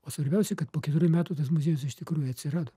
o svarbiausia kad po keturių metų tas muziejus iš tikrųjų atsirado